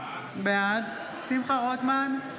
בעד שמחה רוטמן,